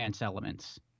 elements